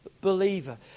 Believer